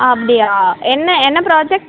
அப்படியா என்ன என்ன ப்ராஜக்ட்